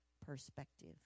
perspective